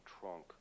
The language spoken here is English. trunk